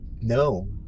No